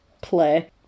play